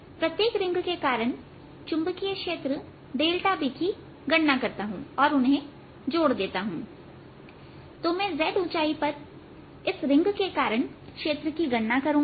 प्रत्येक रिंग के कारण चुंबकीय क्षेत्र Bकी गणना करता हूं और उन्हें जोड़ देता हूं तो मैं z ऊंचाई पर इस रिंग के कारण क्षेत्र की गणना करूंगा